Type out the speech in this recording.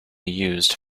used